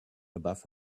above